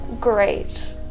Great